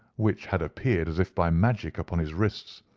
which had appeared as if by magic upon his wrists.